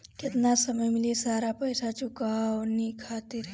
केतना समय मिली सारा पेईसा चुकाने खातिर?